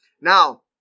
now